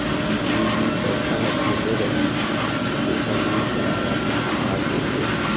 मै जोन पैसा ला भेजे रहें, ऊ हर मोर करा वापिस आ गे हे